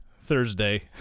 Thursday